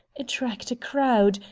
attract a crowd,